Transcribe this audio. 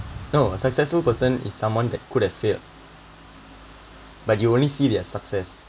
no a successful person is someone that could have failed but you only see their success